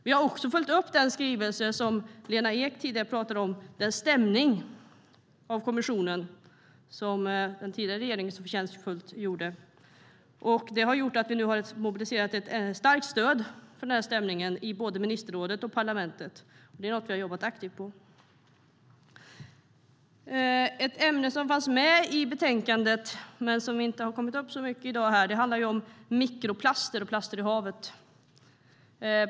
Vi har också följt upp den skrivelse som Lena Ek tidigare pratade om. Det handlar om den stämning av kommissionen som den tidigare regeringen förtjänstfullt gjorde. Det har gjort att vi nu har mobiliserat ett starkt stöd för den här stämningen i både ministerrådet och parlamentet. Det är något vi har jobbat aktivt med. Ett ämne som finns med i betänkandet men som inte har kommit upp så mycket i dag handlar om mikroplaster och plaster i havet.